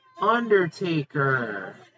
Undertaker